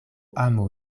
amo